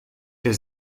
der